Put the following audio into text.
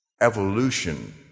evolution